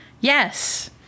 Yes